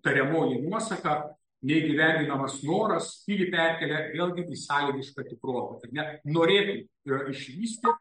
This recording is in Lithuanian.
tariamoji nuosaka neįgyvendinamas noras pilį perkelia vėlgi į sąlygišką tikrovę net norėti ir išvysti